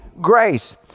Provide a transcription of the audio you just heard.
grace